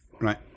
Right